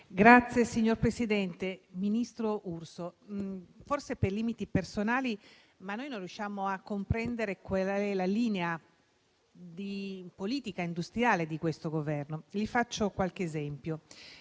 finestra") *(IV-C-RE)*. Ministro Urso, forse per limiti personali, noi non riusciamo a comprendere quale sia la linea di politica industriale di questo Governo. Vi faccio qualche esempio.